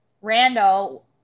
Randall